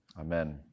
amen